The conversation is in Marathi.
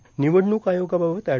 र्णनवडणूक आयोगाबाबत अॅड